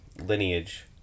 lineage